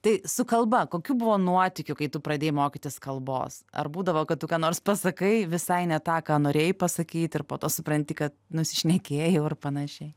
tai su kalba kokių buvo nuotykių kai tu pradėjai mokytis kalbos ar būdavo kad tu ką nors pasakai visai ne tą ką norėjai pasakyt ir po to supranti kad nusišnekėjau ar panašiai